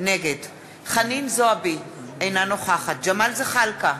נגד חנין זועבי, אינה נוכחת ג'מאל זחאלקה,